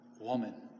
Woman